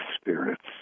spirits